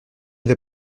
vais